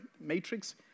Matrix